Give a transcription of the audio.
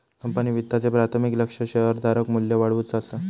company वित्ताचे प्राथमिक लक्ष्य शेअरधारक मू्ल्य वाढवुचा असा